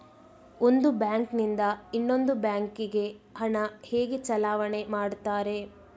ಒಂದು ಬ್ಯಾಂಕ್ ನಿಂದ ಇನ್ನೊಂದು ಬ್ಯಾಂಕ್ ಗೆ ಹಣ ಹೇಗೆ ಚಲಾವಣೆ ಮಾಡುತ್ತಾರೆ?